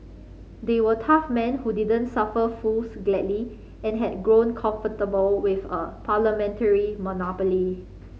they were tough men who didn't suffer fools gladly and had grown comfortable with a parliamentary monopoly